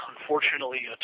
unfortunately